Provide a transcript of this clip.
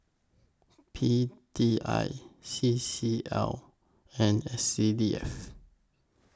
P D I C C L and S C D F